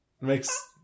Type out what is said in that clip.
Makes